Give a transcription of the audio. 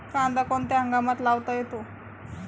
कांदा कोणत्या हंगामात लावता येतो?